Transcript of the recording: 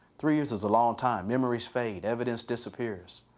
three years is a long time. memories fade, evidence disappears.